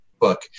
book